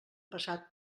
passat